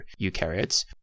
eukaryotes